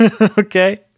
Okay